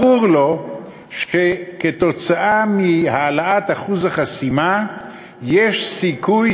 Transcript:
ברור לו שכתוצאה מהעלאת אחוז החסימה יש סיכוי